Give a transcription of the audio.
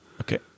Okay